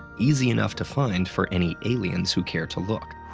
easy enough to find for any aliens who care to look.